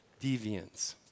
deviance